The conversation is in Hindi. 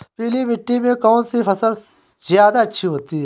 पीली मिट्टी में कौन सी फसल ज्यादा अच्छी होती है?